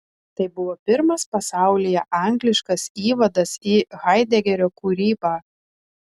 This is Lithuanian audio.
tai buvo pirmas pasaulyje angliškas įvadas į haidegerio kūrybą